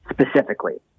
specifically